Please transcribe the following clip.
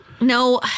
No